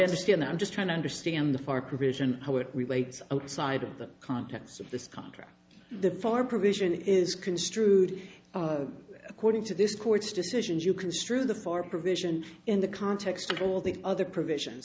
understand i'm just trying to understand the far provision how it relates outside of the context of this contract the far provision is construed of according to this court's decisions you construe the four provision in the context of all the other provisions